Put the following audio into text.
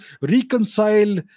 reconcile